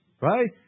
right